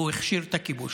הוא הכשיר את הכיבוש.